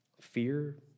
fear